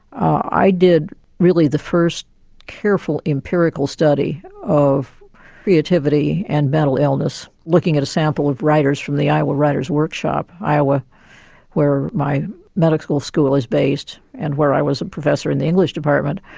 i did really the first careful empirical study of creativity and mental illness looking at a sample of writers from the iowa writers' workshop. iowa where my medical school is based and where i was a professor in the english department.